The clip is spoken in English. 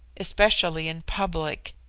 especially in public,